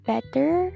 better